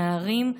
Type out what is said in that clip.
נערים,